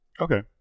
Okay